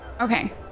Okay